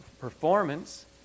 performance